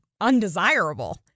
undesirable